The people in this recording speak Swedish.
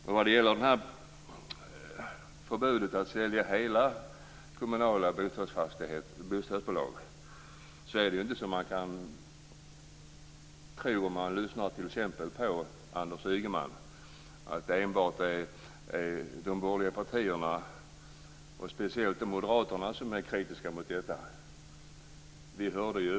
När det gäller förbudet mot att sälja hela det kommunala bostadsbolaget är det inte, som man kan tro när man t.ex. lyssnar på Anders Ygeman, enbart de borgerliga partierna och speciellt Moderaterna som är kritiska till det.